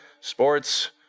sports